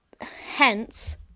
Hence